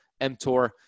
mTOR